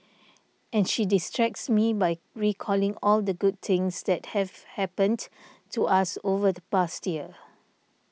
and she distracts me by recalling all the good things that have happened to us over the past year